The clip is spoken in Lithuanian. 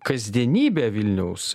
kasdienybę vilniaus